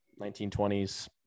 1920s